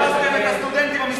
תפסתם את הסטודנטים המסכנים,